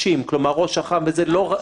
כיוון שמדובר על עבירות של הצבעה שלא כחוק,